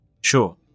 sure